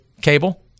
Cable